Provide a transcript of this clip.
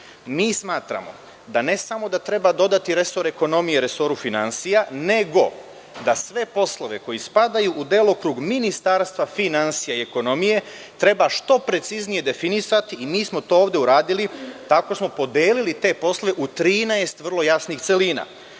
smatramo da ne samo da treba dodati resor ekonomije resoru finansija, nego da sve poslove koji spadaju u delokrug ministarstva finansija i ekonomije treba što preciznije definisati. Mi smo to ovde uradili, tako smo podelili te poslove u 13 vrlo jasnih celina.